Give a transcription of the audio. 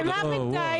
עד שלושה חודשים.